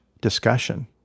discussion